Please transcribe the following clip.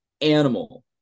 animal